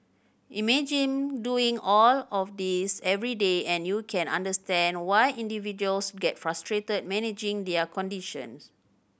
imagine doing all of this every day and you can understand why individuals get frustrated managing their conditions